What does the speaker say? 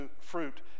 fruit